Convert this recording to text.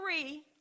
three